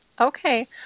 Okay